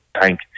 thank